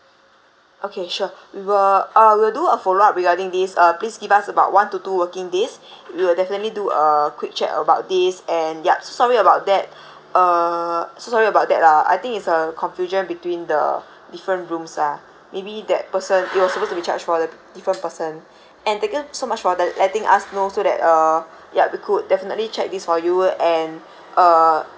okay sure we will uh will do a follow up regarding this uh please give us about one to two working days we will definitely do a quick check about this and yup so sorry about that uh so sorry about that lah I think is a confusion between the different rooms ah maybe that person it were supposed to be charged for the different person and thank you so much for let letting us know so that uh ya we could definitely check this for you and uh